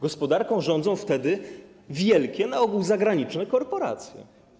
Gospodarką rządzą wtedy wielkie, na ogół zagraniczne korporacje.